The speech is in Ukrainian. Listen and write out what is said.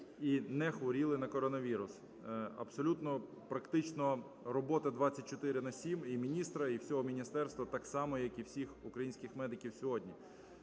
і не хворіли на коронавірус. Абсолютно практично робота 24/7 і міністра, і всього міністерства, так само як і всіх українських медиків сьогодні.